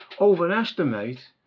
overestimate